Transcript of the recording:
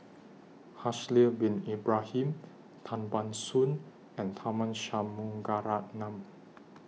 Haslir Bin Ibrahim Tan Ban Soon and Tharman Shanmugaratnam